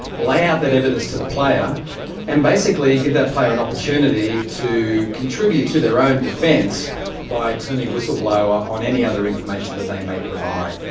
lay out that evidence to the player and basically give that player an and opportunity to contribute to their own defence by turning whistleblower on any other information that they may provide.